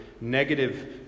Negative